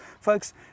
Folks